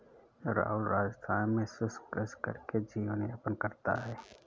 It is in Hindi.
राहुल राजस्थान में शुष्क कृषि करके जीवन यापन करता है